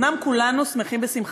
אומנם כולנו שמחים בשמחתך.